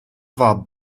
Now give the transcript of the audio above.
war